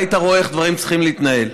היית רואה איך דברים צריכים להתנהל.